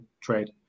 trade